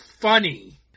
funny